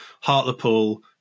Hartlepool